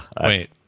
Wait